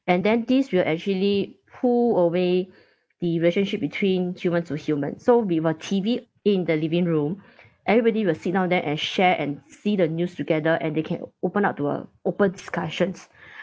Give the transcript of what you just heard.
and then this will actually pull away the relationship between human to human so with a T_V in the living room everybody will sit down there and share and see the news together and they can open up to a open discussions